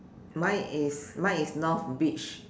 mine is mine is north beach